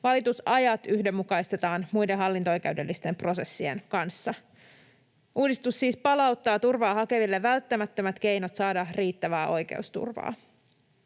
Valitusajat yhdenmukaistetaan muiden hallinto-oikeudellisten prosessien kanssa. Uudistus siis palauttaa turvaa hakeville välttämättömät keinot saada riittävää oikeusturvaa.